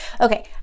Okay